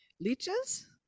Leeches